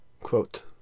quote